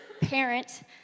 parent